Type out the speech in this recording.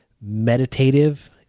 meditative